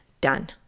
done